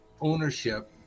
ownership